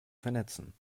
vernetzen